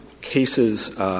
cases —